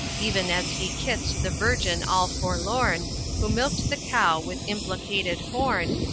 even as he kissed the virgin all forlorn, who milked the cow with implicated horn,